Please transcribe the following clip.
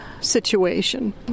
situation